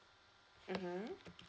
(uh huh)